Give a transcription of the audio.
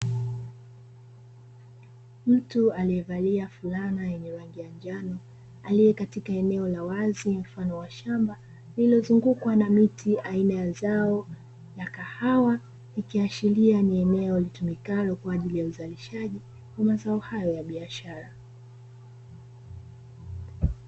Mtu aliyevalia fulana yenye rangi ya njano aliye katika eneo la wazi mfano wa shamba lililozungukwa na mti aina ya zao la kahawa, ikiashiria ni eneo litumikalo kwaajili ya uzalishaji wa mazao hayo ya biashara.